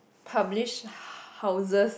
publish houses